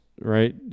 right